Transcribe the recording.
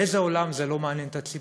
באיזה עולם זה לא מעניין את הציבור?